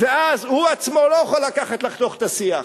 ואז הוא עצמו לא יכול לקחת ולחתוך את השיח.